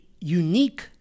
unique